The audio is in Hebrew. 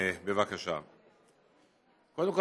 קודם כול,